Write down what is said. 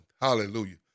hallelujah